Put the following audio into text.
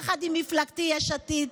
יחד עם מפלגתי יש עתיד,